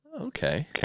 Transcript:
Okay